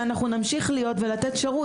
שאנחנו נמשיך להיות ולתת שירות,